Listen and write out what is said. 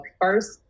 first